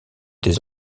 des